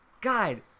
god